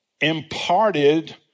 imparted